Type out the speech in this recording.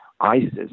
ISIS